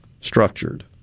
structured